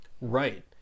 Right